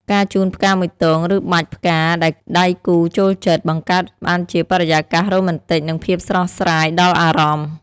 ការជូនផ្កាមួយទង ឬបាច់ផ្កាដែលដៃគូចូលចិត្ត បង្កើតបានជាបរិយាកាសរ៉ូមែនទិក និងភាពស្រស់ស្រាយដល់អារម្មណ៍។